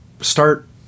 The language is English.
start